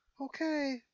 okay